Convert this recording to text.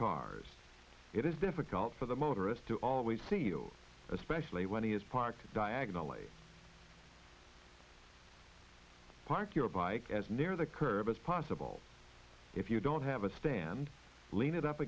cars it is difficult for the motorist to always see you especially when he is parked diagonally park your bike as near the curb as possible if you don't have a stand lean it up